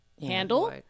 handle